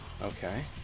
Okay